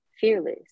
fearless